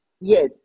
Yes